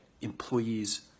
employees